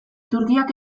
turkiak